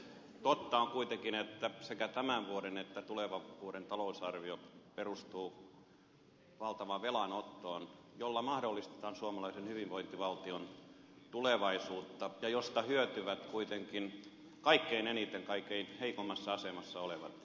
totta on kuitenkin että sekä tämän vuoden että tulevan vuoden talousarviot perustuvat valtavaan velanottoon jolla mahdollistetaan suomalaisen hyvinvointivaltion tulevaisuutta ja josta hyötyvät kuitenkin kaikkein eniten kaikkein heikoimmassa asemassa olevat ihmiset